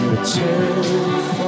return